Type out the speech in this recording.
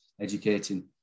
educating